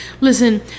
Listen